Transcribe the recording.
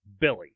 Billy